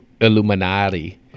Illuminati